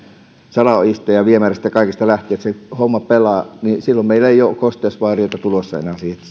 salaojista ja viemäreistä ja kaikista lähtien ja että se homma pelaa silloin meillä ei ole kosteusvaurioita tulossa enää sinne